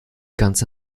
ganze